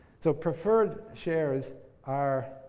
so, preferred shares are